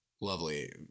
lovely